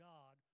God